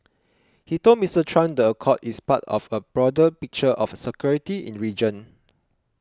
he told Mister Trump the accord is part of a broader picture of security in region